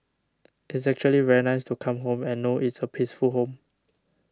it's actually very nice to come home and know it's a peaceful home